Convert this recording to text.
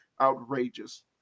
outrageous